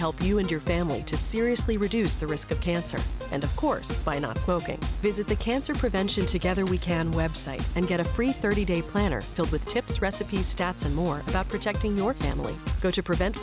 help you and your family to seriously reduce the risk of cancer and of course by not smoking visit the cancer prevention together we can website and get a free thirty day planner filled with tips recipes stats and more protecting your family go to prevent